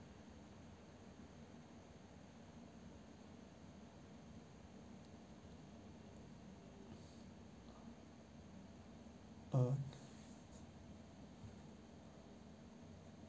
uh